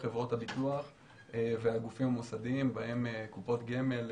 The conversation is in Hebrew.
חברות הביטוח והגופים המוסדיים ובהם: קופות גמל,